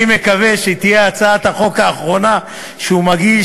אני מקווה שהיא תהיה הצעת החוק האחרונה שהוא מגיש,